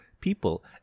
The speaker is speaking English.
people